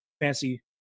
fancy